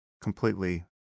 completely